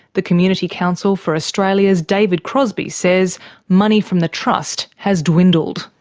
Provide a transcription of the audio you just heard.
the community council for australia's david crosbie says money from the trust has dwindled.